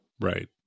Right